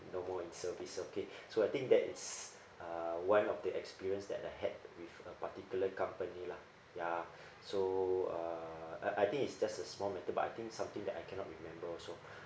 no more in service okay so I think that is uh one of the experience that I had with a particular company lah ya so uh I I think it's just a small matter but I think something that I cannot remember also